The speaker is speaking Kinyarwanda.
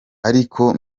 ariko